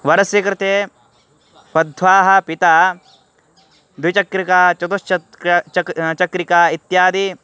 वडस्य कृते वधोः पिता द्विचक्रिका चतुश्चक्रिका चक्रिका इत्यादीनि